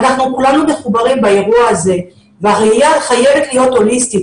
אנחנו כולנו מחוברים באירוע הזה והראייה חייבת להיות הוליסטית.